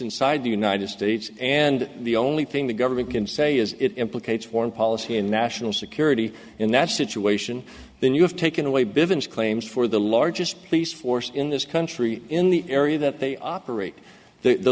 inside the united states and the only thing the government can say is it implicates foreign policy and national security in that situation then you have taken away begins claims for the largest police force in this country in the area that they operate the